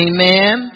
Amen